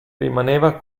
rimaneva